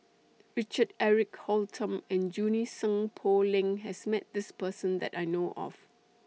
Richard Eric Holttum and Junie Sng Poh Leng has Met This Person that I know of